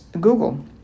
Google